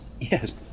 Yes